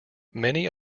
many